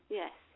yes